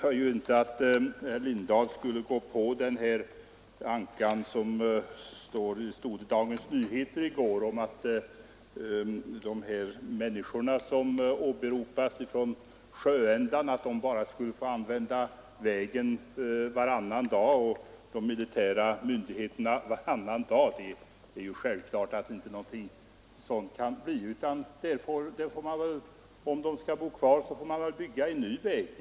Jag trodde inte att herr Lindahl skulle gå på ankan i gårdagens Dagens Nyheter om att människorna vid sjöändan bara skulle få använda vägen varannan dag, därför att de militära myndigheterna skulle använda den varannan dag. Det är självklart att det inte kan bli så. Om de skall bo kvar får man väl bygga en ny väg.